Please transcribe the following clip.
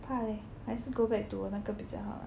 hai 还是 go back to 我那个比较好啊